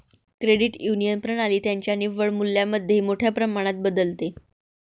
credit union प्रणाली त्यांच्या निव्वळ मूल्यामध्ये मोठ्या प्रमाणात बदलते